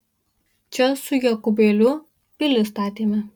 čia su jokūbėliu pilis statėme